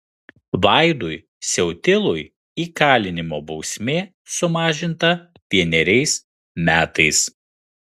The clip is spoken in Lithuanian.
vaidui siautilui įkalinimo bausmė sumažinta vieneriais metais